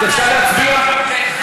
אני חושב שאנחנו גם ראינו את זה בזמן אמת,